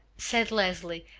said leslie,